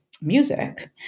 music